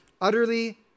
utterly